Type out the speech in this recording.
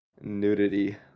nudity